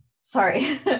sorry